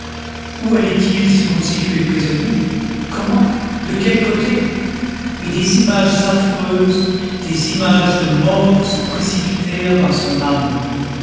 où allait-il se constituer prisonnier comment de quel côté et des images affreuses des images de mort se précipitèrent dans son âme